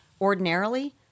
ordinarily